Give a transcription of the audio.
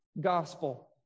gospel